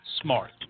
Smart